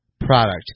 product